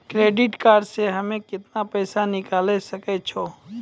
Credit card से हम्मे केतना पैसा निकाले सकै छौ?